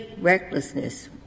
recklessness